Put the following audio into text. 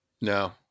no